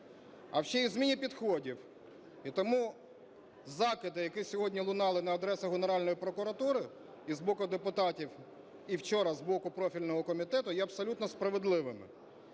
а ще й в зміні підходів. І тому закиди, які сьогодні лунали на адресу Генеральної прокуратури, і з боку депутатів, і вчора з боку профільного комітету, є абсолютно справедливими.